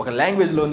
language